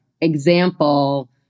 example